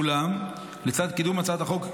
ואולם, לצד קידום הצעת החוק,